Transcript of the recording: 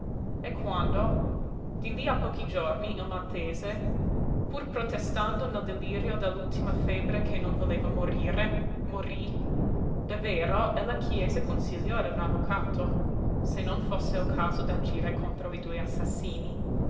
e quando di lí a pochi giorni il maltese pur protestando nel delirio dell'ultima febbre che non voleva morire morí davvero ella chiese consiglio a un avvocato se non fosse il caso d'agire contro i due assassini